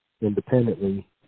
independently